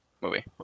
movie